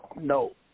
No